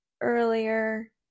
earlier